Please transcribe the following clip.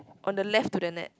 on the left to the net